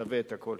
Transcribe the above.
וזה שווה את הכול.